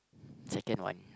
second one